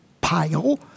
pile